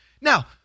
Now